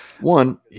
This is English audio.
one